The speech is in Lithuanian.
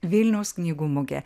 vilniaus knygų mugė